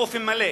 באופן מלא.